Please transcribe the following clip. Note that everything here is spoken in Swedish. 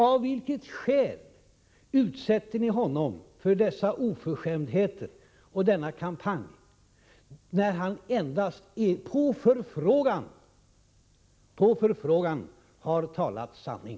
Av vilket skäl utsätter ni Ulf Larsson för dessa oförskämdheter och denna kampanj, när han endast — på förfrågan — har talat sanning?